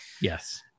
Yes